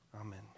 Amen